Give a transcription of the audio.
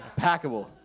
Packable